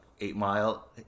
eight-mile